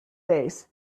days